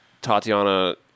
Tatiana